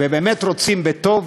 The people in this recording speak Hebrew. ובאמת רוצים בטוב,